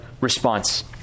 response